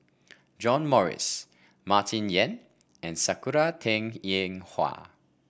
John Morrice Martin Yan and Sakura Teng Ying Hua